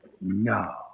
No